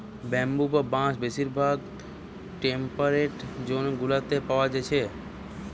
bamboo বা বাঁশ বেশিরভাগ টেম্পেরেট জোন গুলাতে পায়া যাচ্ছে